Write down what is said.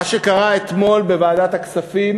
מה שקרה אתמול בוועדת הכספים